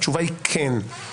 התשובה היא כן.